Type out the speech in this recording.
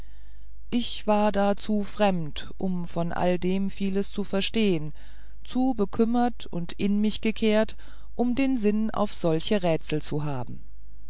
ich war da zu fremd um von alle dem vieles zu verstehen zu bekümmert und in mich gekehrt um den sinn auf solche rätsel zu haben